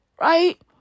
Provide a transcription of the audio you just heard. Right